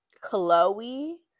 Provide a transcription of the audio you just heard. Chloe